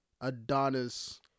Adonis